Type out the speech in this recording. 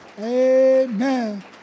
Amen